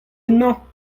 ennañ